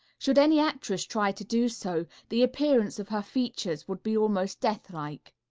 should any actress try to do so, the appearance of her features would be almost deathlike.